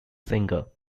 singer